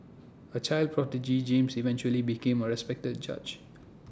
A child prodigy James eventually became A respected judge